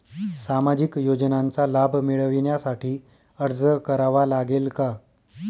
सामाजिक योजनांचा लाभ मिळविण्यासाठी अर्ज करावा लागेल का?